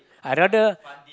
I rather